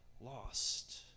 lost